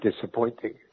disappointing